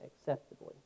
Acceptably